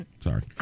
sorry